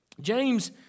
James